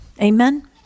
Amen